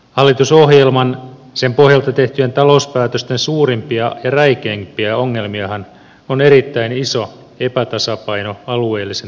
hallitusohjelman pohjalta tehtyjen talouspäätösten suurimpia ja räikeimpiä ongelmiahan on erittäin iso epätasapaino alueellisen oikeudenmukaisuuden osalta